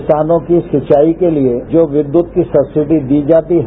किसानों की सिंचाई क लिए जो विद्युत की सक्सिडी दी जाती है